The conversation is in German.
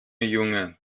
junge